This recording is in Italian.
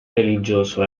religioso